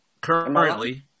currently